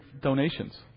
donations